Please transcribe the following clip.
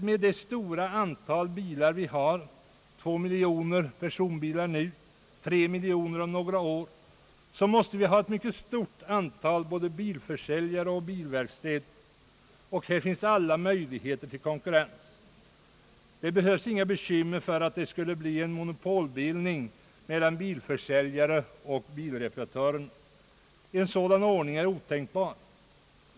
Med det stora antalet bilar i vårt land — två miljoner privatbilar nu, tre miljoner om några år — måste vi ha ett mycket stort antal både bilförsäljare och bilverkstäder. Alla möjligheter till konkurrens är därmed för handen. Ingen behöver bekymra sig för att det skulle bli en monopolbildning mellan bilförsäljarna och bilreparatörerna. En sådan ordning är otänkbar.